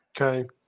Okay